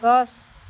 গছ